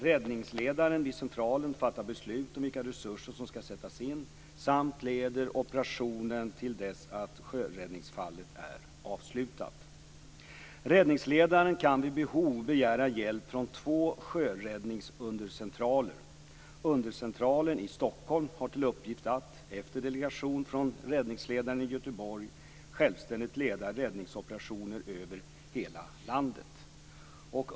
Räddningsledaren vid centralen fattar beslut om vilka resurser som ska sättas in samt leder operationen till dess att sjöräddningsfallet är avslutat. Räddningsledaren kan vid behov begära hjälp från två sjöräddningsundercentraler. Undercentralen i Stockholm har till uppgift att, efter delegation från räddningsledaren i Göteborg, självständigt leda räddningsoperationer över hela landet.